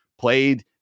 played